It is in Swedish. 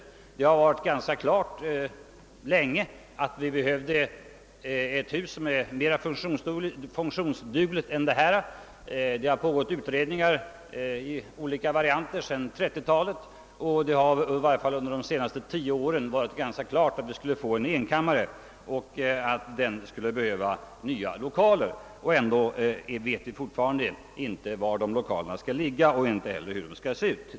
Det har länge stått ganska klart, att vi behöver ett hus som är mer funktionsdugligt än detta. Det har pågått olika slag av utredningar ända sedan 1930 talet, och det har i varje fall under de senaste tio åren varit klart att vi skulle få en enkammarriksdag och att vi för denna skulle behöva nya lokaler. ändå vet vi ännu inte var de lokalerna skall ligga eller hur de skall se ut.